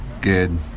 Good